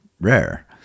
rare